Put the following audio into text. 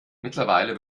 mittlerweile